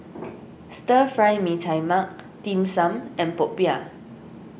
Stir Fry Mee Tai Mak Dim Sum and Popiah